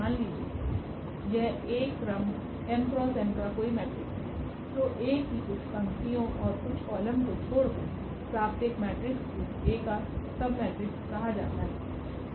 मान लीजिए यह Aक्रम m×n का कोई मेट्रिक्स है तो A की कुछ पंक्तियों औरकुछ कॉलम को छोड़कर प्राप्त एक मेट्रिक्स को एकसब मेट्रिक्स कहा जाता है